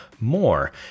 more